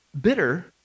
bitter